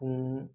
ꯄꯨꯡ